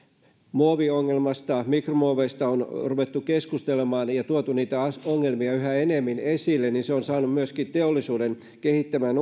muoviongelmasta mikromuoveista on nyt ruvettu keskustelemaan ja tuotu niitä ongelmia yhä enemmän esille se on saanut myöskin teollisuuden kehittämään